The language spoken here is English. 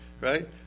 right